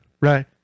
right